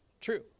true